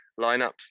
lineups